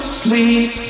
sleep